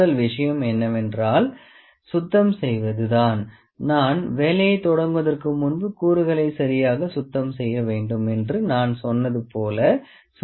முதல் விஷயம் என்னவென்றால் சுத்தம் செய்வது தான் நாங்கள் வேலையை தொடங்குவதற்கு முன்பு கூறுகளை சரியாக சுத்தம் செய்ய வேண்டும் என்று நான் சொன்னது போல சுத்தம் செய்யும் வேலையே தொடங்குவோம்